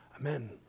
Amen